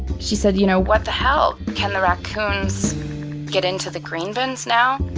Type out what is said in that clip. she said, you know, what the hell? can the raccoons get into the green bins now?